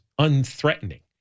unthreatening